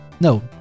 No